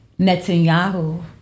Netanyahu